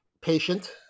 patient